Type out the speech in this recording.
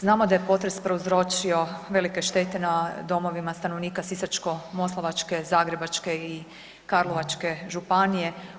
Znamo da je potres prouzročio velike štete na domovima stanovnika Sisačko-moslavačke, Zagrebačke i Karlovačke županije.